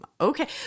Okay